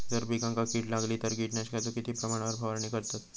जर पिकांका कीड लागली तर कीटकनाशकाचो किती प्रमाणावर फवारणी करतत?